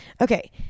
Okay